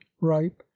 ripe